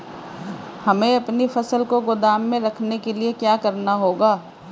हमें अपनी फसल को गोदाम में रखने के लिये क्या करना होगा?